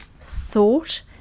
thought